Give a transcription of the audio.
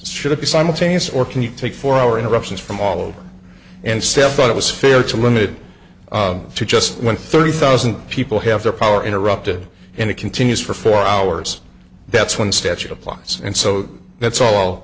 should it be simultaneous or can you take four hour interruptions from all over and step but it was fair to limited to just when thirty thousand people have their power interrupted and it continues for four hours that's when statute applies and so that's all reall